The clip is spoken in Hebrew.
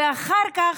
ואחר כך,